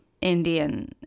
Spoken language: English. indian